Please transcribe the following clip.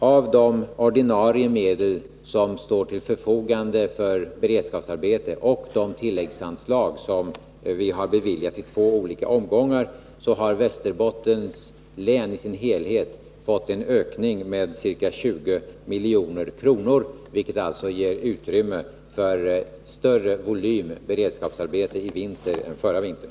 Av de ordinarie medel som står till förfogande för beredskapsarbeten och av de tilläggsanslag som vi har beviljat i två olika omgångar har Västerbottens län i sin helhet fått en ökning med ca 20 milj.kr., vilket alltså ger utrymme för större volym beredskapsarbeten i vinter än förra vintern.